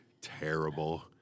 terrible